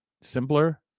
simpler